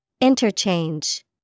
Interchange